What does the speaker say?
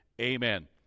Amen